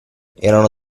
erano